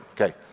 Okay